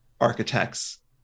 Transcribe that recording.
architects